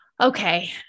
Okay